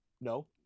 No